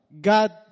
God